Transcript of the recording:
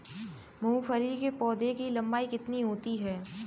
मूंगफली के पौधे की लंबाई कितनी होती है?